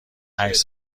عکس